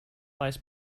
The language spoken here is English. lies